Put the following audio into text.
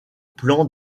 plans